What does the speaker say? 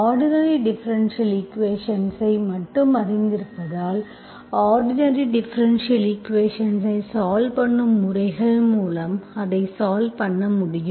ordinary differential ஈக்குவேஷன்ஸ்ஐ மட்டுமே அறிந்திருப்பதால் ஆர்டினரி டிஃபரென்ஷியல் ஈக்குவேஷன்ஸ்ஐ சால்வ் பண்ணும் முறைகள் மூலம் அதை சால்வ் பண்ணும் முடியும்